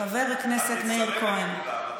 חבר הכנסת מאיר כהן,